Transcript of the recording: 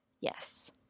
Yes